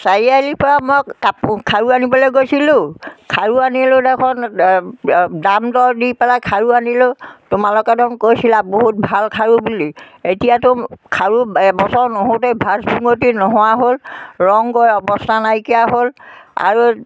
চাৰিআলিৰপৰা মই কাপোৰ খাৰু আনিবলৈ গৈছিলোঁ খাৰু আনিলোঁ দেখোন দাম দৰ দি পেলাই খাৰু আনিলোঁ তোমালোকে দেখোন কৈছিলা বহুত ভাল খাৰু বুলি এতিয়াতো খাৰু এবছৰ নহওঁতেই ভাল ফুঙতি নোহোৱা হ'ল ৰং গৈ অৱস্থা নাইকিয়া হ'ল আৰু